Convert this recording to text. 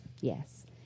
yes